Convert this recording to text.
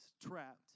trapped